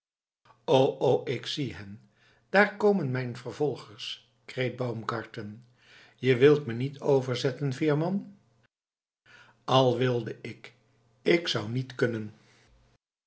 o ik zie hen daar komen mijne vervolgers kreet baumgarten je wilt me niet overzetten veerman al wilde ik ik zou niet kunnen